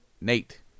Nate